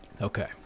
Okay